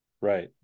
Right